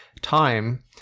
time